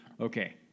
Okay